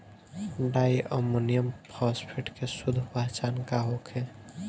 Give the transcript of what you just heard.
Di ammonium phosphate के शुद्ध पहचान का होखे?